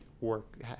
work